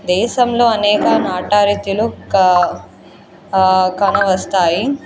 దేశంలో అనేక నాటారిత్యలు కా కనిపిస్తాయి